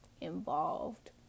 involved